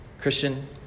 Christian